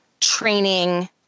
training